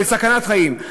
של סכנת חיים.